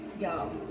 Y'all